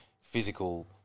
physical